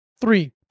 Three